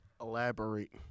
Elaborate